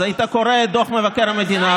אז היית קורא את דוח מבקר המדינה,